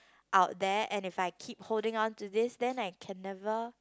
out there and if I keep holding on to this then I can never